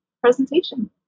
presentation